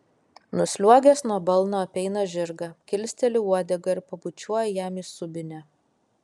nusliuogęs nuo balno apeina žirgą kilsteli uodegą ir pabučiuoja jam į subinę